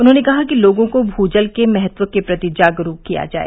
उन्होंने कहा कि लोगों को भूजल के महत्व के प्रति जागरूक किया जाए